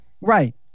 Right